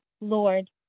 Lord